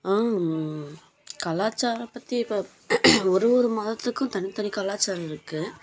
ஆம் கலாச்சாரம் பற்றி இப்போ ஒரு ஒரு மதத்துக்கும் தனி தனி கலாச்சாரம் இருக்குது